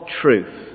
truth